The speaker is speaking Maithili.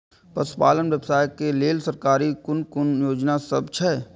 पशु पालन व्यवसाय के लेल सरकारी कुन कुन योजना सब छै?